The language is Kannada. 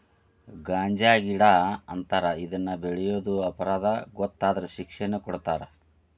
ಗಾಂಜಾಗಿಡಾ ಅಂತಾರ ಇದನ್ನ ಬೆಳಿಯುದು ಅಪರಾಧಾ ಗೊತ್ತಾದ್ರ ಶಿಕ್ಷೆನು ಕೊಡತಾರ